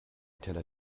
teller